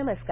नमस्कार